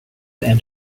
and